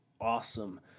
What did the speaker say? awesome